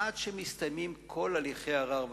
עד שמסתיימים כל הליכי ערר,